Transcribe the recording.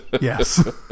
yes